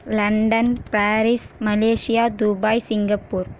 London Paris Malaysia Dubai Singapore